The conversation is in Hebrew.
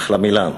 אחלה מילה,